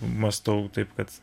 mąstau taip kad